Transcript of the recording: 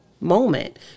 moment